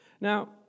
Now